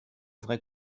vrai